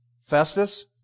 Festus